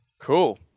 Cool